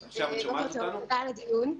תודה על הדיון.